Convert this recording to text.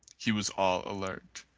he was all alert.